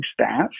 staff